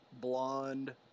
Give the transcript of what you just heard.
blonde